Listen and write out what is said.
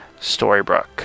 Storybrooke